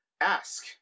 Ask